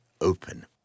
open